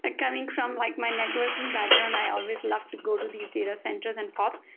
and coming from like my networking background, i always loved to go to these data centers and parts,